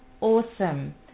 awesome